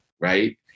right